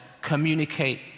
communicate